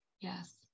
yes